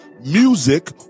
music